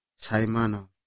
Saimano